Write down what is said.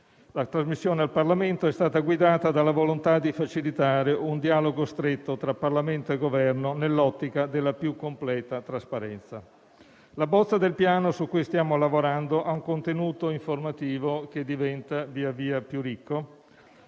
partito il nostro lavoro, è stata guidata dalla volontà di facilitare un dialogo stretto tra Parlamento e Governo, nell'ottica della più completa trasparenza. La bozza del Piano su cui stiamo lavorando ha un contenuto informativo che diventa via via più ricco,